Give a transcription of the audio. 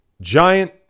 giant